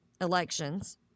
elections